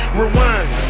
rewind